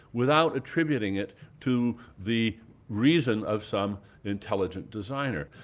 without attributing it to the reason of some intelligent designer.